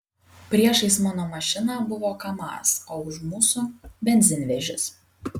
priešais mano mašiną buvo kamaz o už mūsų benzinvežis